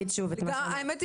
למען האמת,